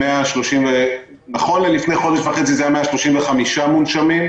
נכון ללפני חודש וחצי,